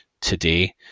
today